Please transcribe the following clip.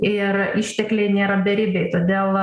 ir ištekliai nėra beribiai todėl